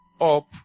up